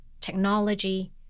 technology